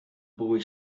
boy